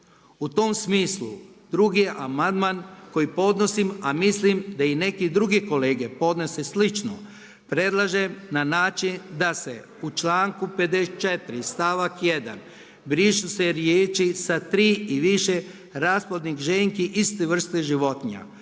U tom smislu 2. amandman koji podnosim a mislim da i neke druge kolege podnose slično predlažem na način da se u članku 54, stavak 1. brišu se riječi „sa tri i više rasplodnih ženki iste vrste životinja“